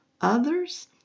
Others